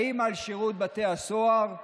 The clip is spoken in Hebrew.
האם על שירות בתי הסוהר,